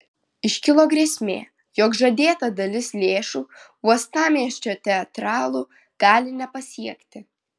iškilo grėsmė jog žadėta dalis lėšų uostamiesčio teatralų gali nepasiekti